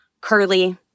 curly